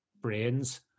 brains